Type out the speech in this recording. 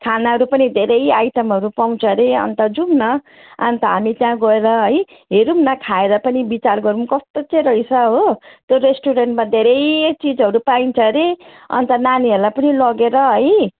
खानाहरू पनि धेरै आइटमहरू पाउँछ अरे अन्त जाऊँ न अन्त हामी त्यहाँ गएर है हेरौँ न खाएर पनि विचार गरौँ कस्तो चाहिँ रहेछ हो त्यो रेस्टुरेन्टमा धेरै चिजहरू पाइन्छ अरे अन्त नानीहरूलाई पनि लगेर है